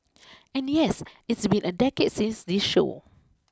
and yes it's been a decade since this show